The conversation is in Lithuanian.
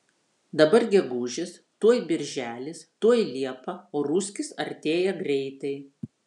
dabar gegužis tuoj birželis tuoj liepa o ruskis artėja greitai